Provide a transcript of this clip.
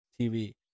TV